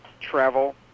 travel